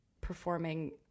performing